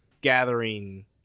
gathering